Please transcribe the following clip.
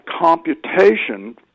computation